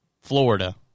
Florida